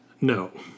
No